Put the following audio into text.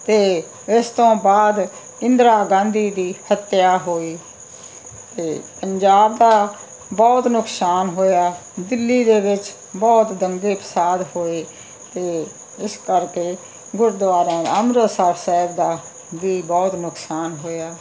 ਅਤੇ ਇਸ ਤੋਂ ਬਾਅਦ ਇੰਦਰਾ ਗਾਂਧੀ ਦੀ ਹੱਤਿਆ ਹੋਈ ਅਤੇ ਪੰਜਾਬ ਦਾ ਬਹੁਤ ਨੁਕਸਾਨ ਹੋਇਆ ਦਿੱਲੀ ਦੇ ਵਿੱਚ ਬਹੁਤ ਦੰਗੇ ਫਸਾਦ ਹੋਏ ਅਤੇ ਇਸ ਕਰਕੇ ਗੁਰਦੁਆਰਿਆਂ ਅੰਮ੍ਰਿਤਸਰ ਸਾਹਿਬ ਦਾ ਵੀ ਬਹੁਤ ਨੁਕਸਾਨ ਹੋਇਆ